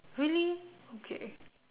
really okay